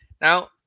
Now